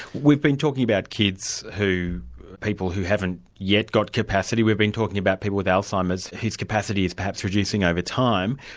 we've been talking about kids, people who haven't yet got capacity we've been talking about people with alzheimer's whose capacity is perhaps reducing over time.